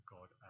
God